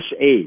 age